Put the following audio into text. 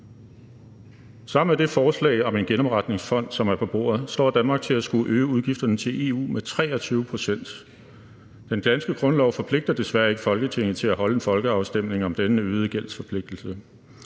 Sammen med det forslag om en genopretningsfond, som er på bordet, står Danmark til at skulle øge udgifterne til EU med 23 pct. Den danske grundlov forpligter desværre ikke Folketinget til at afholde en folkeafstemning om denne øgede gældsforpligtelser,